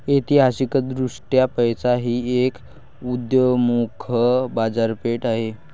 ऐतिहासिकदृष्ट्या पैसा ही एक उदयोन्मुख बाजारपेठ आहे